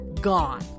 Gone